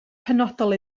penodol